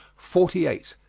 forty eight.